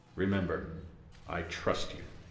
remember i trust you.